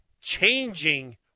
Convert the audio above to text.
changing